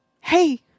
hey